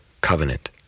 covenant